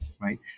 right